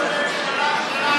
ראש הממשלה שלנו.